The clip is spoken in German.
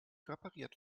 repariert